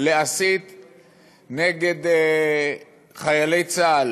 בעד איילת שקד,